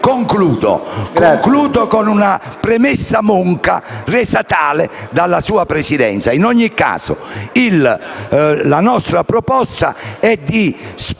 Concludo, con una premessa monca, resa tale dalla sua Presidenza: la nostra proposta è di spostare